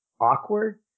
awkward